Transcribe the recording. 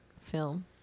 film